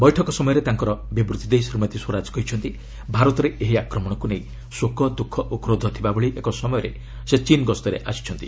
ବୈଠକ ସମୟରେ ତାଙ୍କର ବିବୃତ୍ତି ଦେଇ ଶ୍ରୀମତୀ ସ୍ୱରାଜ କହିଛନ୍ତି ଭାରତରେ ଏହି ଆକ୍ରମଣକୁ ନେଇ ଶୋକ ଦ୍ୟୁଖ ଓ କ୍ରୋଧ ଥିବାଭଳି ଏକ ସମୟରେ ସେ ଚୀନ୍ ଗସ୍ତରେ ଆସିଛନ୍ତି